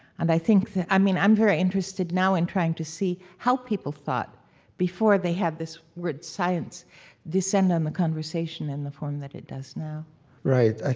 and i think that i mean, i'm very interested now in trying to see how people thought before they had this word science descend on the conversation in the form that it does now right.